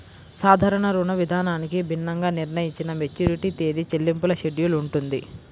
సాధారణ రుణవిధానానికి భిన్నంగా నిర్ణయించిన మెచ్యూరిటీ తేదీ, చెల్లింపుల షెడ్యూల్ ఉంటుంది